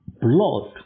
blood